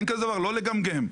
בלי לגמגם.